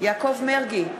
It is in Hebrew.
יעקב מרגי,